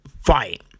fight